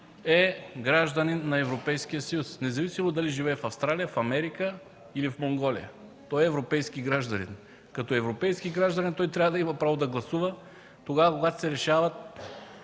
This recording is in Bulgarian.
е гражданин на Европейския съюз, независимо дали живее в Австралия, в Америка или в Монголия. Той е европейски гражданин. Като европейски гражданин той трябва да има право да гласува тогава, когато се решава